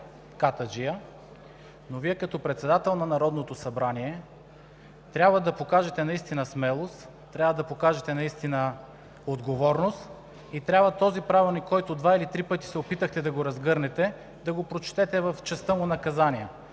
катаджия, но Вие като председател на Народното събрание трябва да покажете наистина смелост, трябва да покажете наистина отговорност и трябва този правилник, който два или три пъти се опитахте да разгърнете, да го прочетете в частта му „Наказания“.